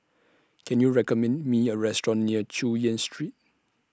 Can YOU recommend Me A Restaurant near Chu Yen Street